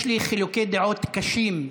יש חילוקי דעות קשים,